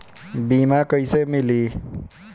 बीमा कैसे मिली?